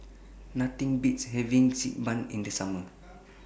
Nothing Beats having Xi Ban in The Summer